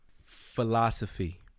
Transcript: philosophy